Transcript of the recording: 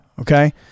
Okay